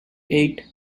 eight